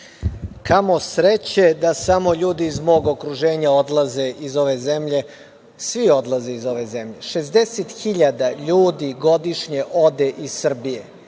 Kamo sreće da samo ljudi iz mog okruženja odlaze iz ove zemlje, svi odlaze iz ove zemlje, 60.000 ljudi godišnje ode iz Srbije,